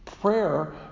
Prayer